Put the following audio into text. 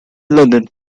london